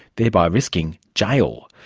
thereby risking jail.